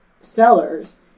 sellers